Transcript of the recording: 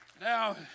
Now